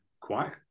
quiet